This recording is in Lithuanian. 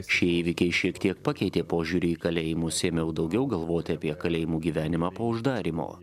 šie įvykiai šiek tiek pakeitė požiūrį į kalėjimus ėmiau daugiau galvoti apie kalėjimų gyvenimą po uždarymo